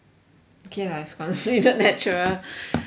K lah is considered natural okay